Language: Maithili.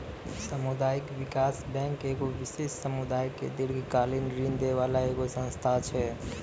समुदायिक विकास बैंक एगो विशेष समुदाय के दीर्घकालिन ऋण दै बाला एगो संस्था छै